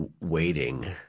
waiting